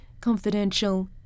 confidential